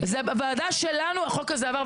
בוועדה שלנו החוק הזה עבר,